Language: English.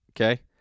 Okay